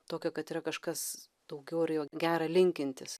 tokio kad yra kažkas daugiau ir jo gera linkintis